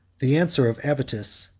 the answer of avitus,